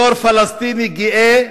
בתור פלסטיני גאה,